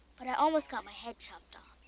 but i almost got my head chopped off.